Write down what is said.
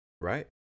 Right